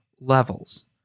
levels